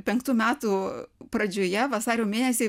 penktų metų pradžioje vasario mėnesį